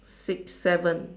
six seven